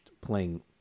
playing